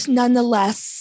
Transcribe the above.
nonetheless